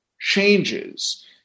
changes